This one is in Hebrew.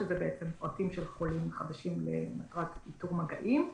שזה בעצם פרטים של חולים חדשים למטרת איתור מגעים.